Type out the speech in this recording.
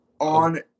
on